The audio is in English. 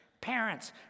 Parents